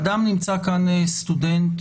אדם נמצא כאן, סטודנט